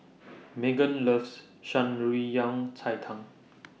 Meggan loves Shan Rui Yang Cai Tang